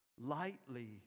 lightly